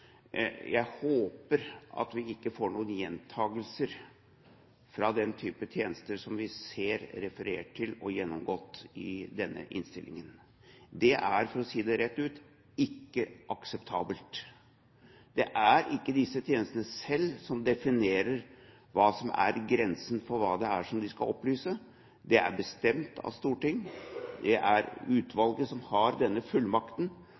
Jeg håper at vi ikke får noen gjentakelser fra den typen tjenester som vi ser referert til og gjennomgått i denne innstillingen. Det er, for å si det rett ut, ikke akseptabelt. Det er ikke disse tjenestene selv som definerer hva som er grensen for hva det er de skal opplyse. Det er bestemt av Stortinget. Det er utvalget som har denne fullmakten.